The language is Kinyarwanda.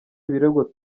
ibirego